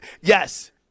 yes